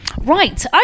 Right